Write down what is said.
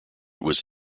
was